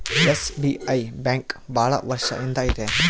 SBI bank ಭಾಳ ವರ್ಷ ಇಂದ ಇದೆ